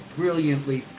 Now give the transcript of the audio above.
brilliantly